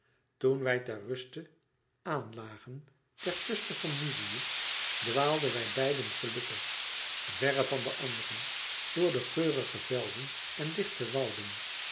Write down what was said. toen wij ter ruste aan lagen ter kuste van myzië dwaalden wij beiden gelukkig verre van de anderen door de geurige velden en dichte wouden